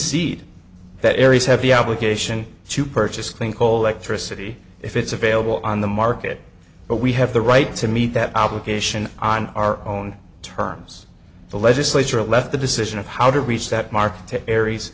de that areas have the obligation to purchase clean coal at tricity if it's available on the market but we have the right to meet that obligation on our own terms the legislature left the decision of how to reach that mark to aries